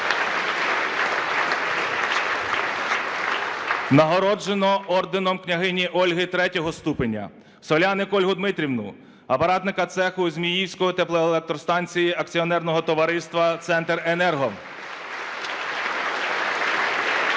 Нагороджено Орденом княгині Ольги III ступеня Соляник Ольгу Дмитрівну, апаратника цеху Зміївської теплоелектростанції акціонерного товариства "Центренерго".